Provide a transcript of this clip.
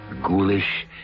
ghoulish